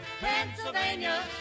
pennsylvania